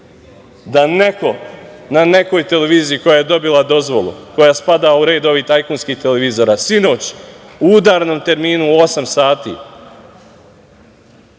da neko na nekoj televiziji koja je dobila dozvolu, koja spada u red ovih tajkunskih televizija, sinoć u udarnom terminu u osam